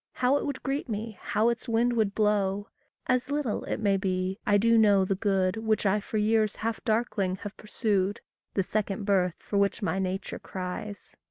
how it would greet me, how its wind would blow as little, it may be, i do know the good which i for years half darkling have pursued the second birth for which my nature cries.